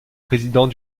président